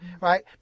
Right